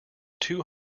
two